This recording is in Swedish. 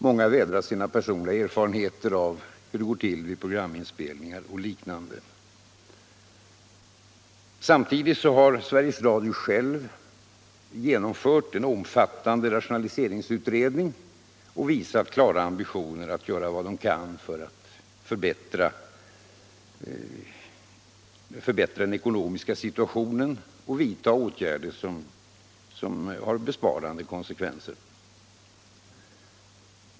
Många vädrar sina personliga erfarenheter av hur det går till vid programinspelningar och liknande. Samtidigt har Sveriges Radio självt genomfört en omfattande rationaliseringsutredning och visat klara am bitioner att göra vad företaget kan för att förbättra den ekonomiska situationen och vidta åtgärder som har besparande konsekvenser.